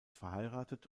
verheiratet